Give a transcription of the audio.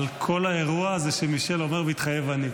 אבל כל האירוע הוא שמישל אומר: מתחייב אני.